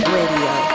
Radio